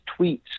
tweets